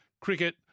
cricket